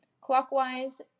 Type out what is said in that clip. Clockwise